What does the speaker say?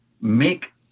make